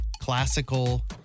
classical